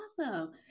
awesome